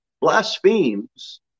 blasphemes